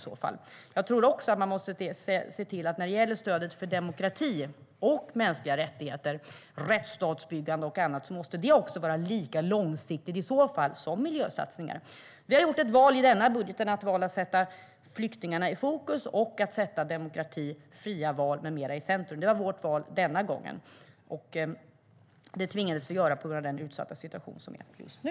När det gäller stödet för demokrati, mänskliga rättigheter, rättsstatsbyggande och annat tror jag också att det måste vara lika långsiktigt som miljösatsningar. Vi har i denna budget gjort ett val att sätta flyktingarna i fokus och att sätta demokrati, fria val med mera i centrum. Det var vårt val denna gång. Det tvingades vi göra på grund av den utsatta situation som är just nu.